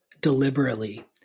deliberately